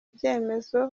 byemezo